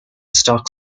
stock